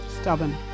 stubborn